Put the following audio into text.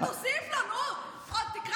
תוסיף לו, נו, אז תקרא